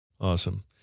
Awesome